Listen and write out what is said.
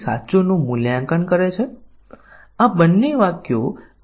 ત્યાં વિવિધ પ્રકારના પ્રોગ્રામ એલિમેંટ છે જે વિવિધ કવરેજ વ્યૂહરચનાઓને લક્ષ્ય રાખે છે